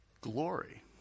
glory